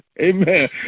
Amen